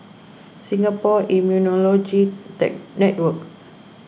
Singapore Immunology Network